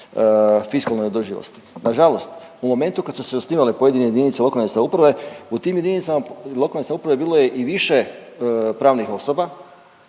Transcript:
fiskalnoj održivosti. Nažalost u momentu kad su se osnivale pojedine jedinice lokalne samouprave u tim jedinicama lokalne samouprave bilo je i više pravnih osoba